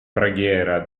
preghiera